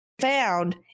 found